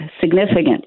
significant